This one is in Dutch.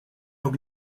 ook